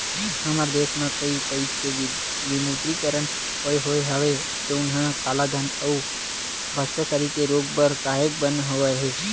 हमर देस म कइ पइत के विमुद्रीकरन होय होय हवय जउनहा कालाधन अउ भस्टाचारी के रोक बर काहेक बने होय हे